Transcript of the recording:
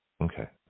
Okay